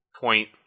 point